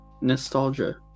nostalgia